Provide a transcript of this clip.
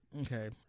okay